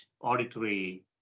auditory